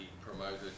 promoted